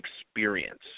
experience